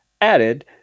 added